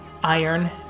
iron